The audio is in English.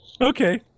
Okay